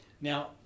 Now